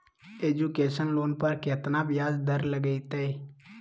Education loan पर केतना ब्याज दर लगतई?